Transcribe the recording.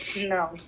No